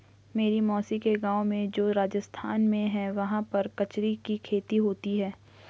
मेरी मौसी के गाँव में जो राजस्थान में है वहाँ पर कचरी की खेती होती है